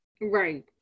Right